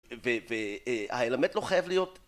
והאלמנט לא חייב להיות...